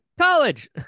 college